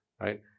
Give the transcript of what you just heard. right